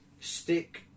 stick